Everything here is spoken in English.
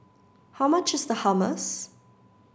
how much is Hummus